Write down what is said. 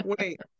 Wait